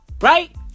right